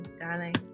darling